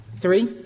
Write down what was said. three